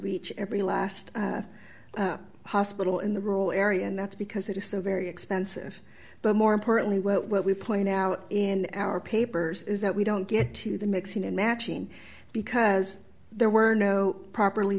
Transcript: reach every last hospital in the rural area and that's because it is so very expensive but more importantly what we point out in our papers is that we don't get to the mixing and matching because there were no properly